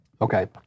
Okay